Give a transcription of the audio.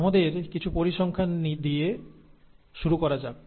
আমাদের কিছু পরিসংখ্যান দিয়ে শুরু করা যাক